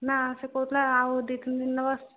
ନା ସେ କହୁଥିଲା ଆଉ ଦୁଇ ତିନି ଦିନ ନେବା